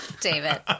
David